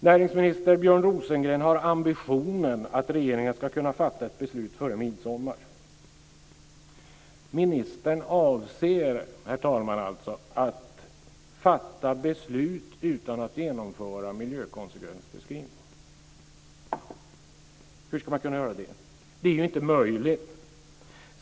Näringsminister Björn Rosengren har ambitionen att regeringen ska kunna fatta ett beslut före midsommar. Ministern avser alltså, herr talman, att fatta beslut utan att genomföra en miljökonsekvensbeskrivning. Hur ska man kunna göra det? Det är ju inte möjligt.